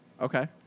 Okay